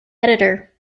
editor